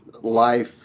life